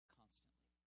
constantly